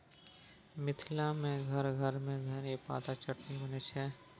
मिथिला मे घर घर मे धनी पातक चटनी बनै छै